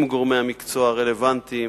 עם גורמי המקצוע הרלוונטיים.